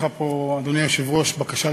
כן, אדוני, חבר הכנסת אוחיון, בבקשה.